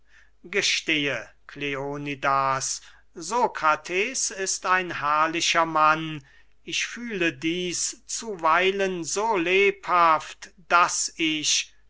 gestehe kleonidas sokrates ist ein herrlicher mann ich fühle dieß zuweilen so lebhaft daß ich